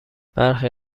برخی